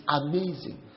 amazing